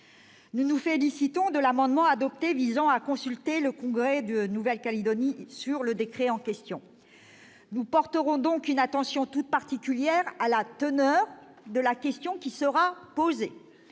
Nous nous félicitons de l'amendement adopté visant à consulter le Congrès de Nouvelle-Calédonie sur le décret en question. Nous porterons donc une attention toute particulière à la teneur de la question qui sera posée.